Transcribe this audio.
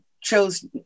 chose